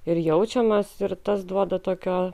ir jaučiamas ir tas duoda tokio